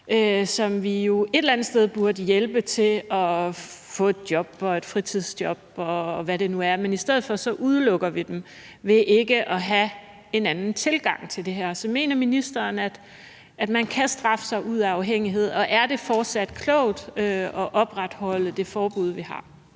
som vi et eller andet sted burde hjælpe til at få et job eller et fritidsjob, og hvad det nu er. I stedet for udelukker vi dem ved ikke at have en anden tilgang til det her. Så mener ministeren, at man kan straffe sig ud af afhængighed? Og er det fortsat klogt at opretholde det forbud, vi har?